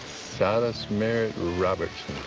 silas merritt robertson.